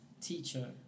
teacher